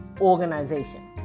organization